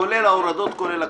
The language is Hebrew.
כולל ההורדות, כולל הכול.